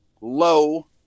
low